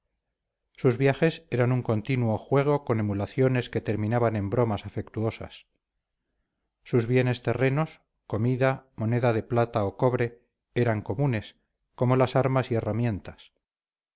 sus viajes eran un continuo juego con emulaciones que terminaban en bromas afectuosas sus bienes terrenos comida moneda de plata o cobre eran comunes como las armas y herramientas